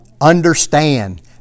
understand